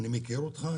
אני מכיר אותך,